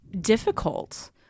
difficult